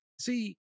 see